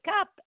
up